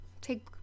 take